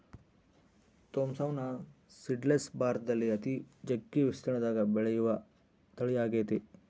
Thompson seedless ಭಾರತದಲ್ಲಿ ಅತಿ ಜಗ್ಗಿ ವಿಸ್ತೀರ್ಣದಗ ಬೆಳೆಯುವ ತಳಿಯಾಗೆತೆ